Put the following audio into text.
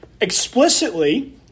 explicitly